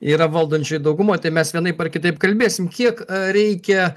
yra valdančioj daugumoj tai mes vienaip ar kitaip kalbėsim kiek reikia